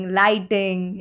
lighting